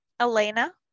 elena